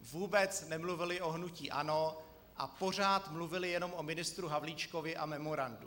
Vůbec nemluvili o hnutí ANO a pořád mluvili jenom o ministru Havlíčkovi a memorandu.